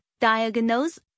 diagnose